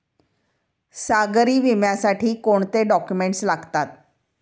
सागरी विम्यासाठी कोणते डॉक्युमेंट्स लागतात?